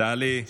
רגע, סימון.